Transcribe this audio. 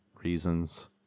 reasons